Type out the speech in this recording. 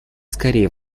скорее